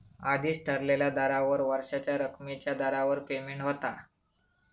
आधीच ठरलेल्या दरावर वर्षाच्या रकमेच्या दरावर पेमेंट होता